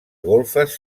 golfes